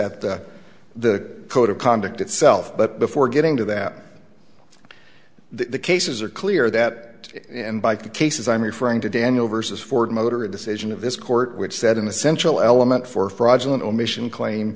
at the code of conduct itself but before getting to that the cases are clear that in by the cases i'm referring to daniel versus ford motor a decision of this court which said in the central element for fraudulent omission claim